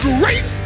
Great